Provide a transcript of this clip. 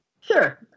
Sure